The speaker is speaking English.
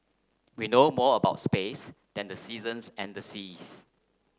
we know more about space than the seasons and the seas